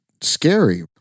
scary